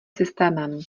systémem